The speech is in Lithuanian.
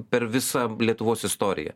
per visą lietuvos istoriją